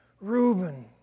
Reuben